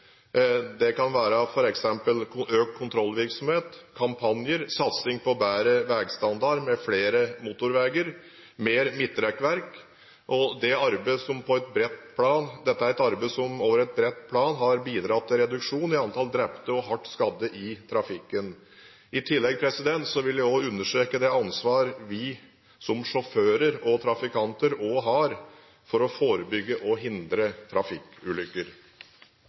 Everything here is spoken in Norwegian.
Det kan være økt kontrollvirksomhet, kampanjer, satsing på bedre veistandard med flere motorveier og mer midtrekkverk. Dette er et arbeid som over et bredt plan har bidratt til reduksjon i antall drepte og hardt skadde i trafikken. I tillegg vil jeg understreke det ansvaret vi som sjåfører og trafikanter også har for å forebygge og hindre trafikkulykker.